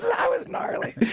that was gnarly